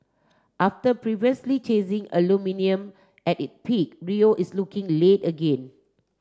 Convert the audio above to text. after previously chasing aluminium at it peak Rio is looking late again